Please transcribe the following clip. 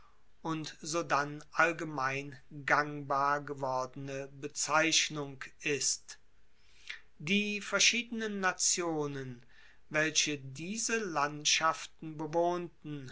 und sodann allgemein gangbar gewordene bezeichnung ist die verschiedenen nationen welche diese landschaften bewohnten